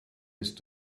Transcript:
ist